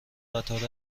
قطار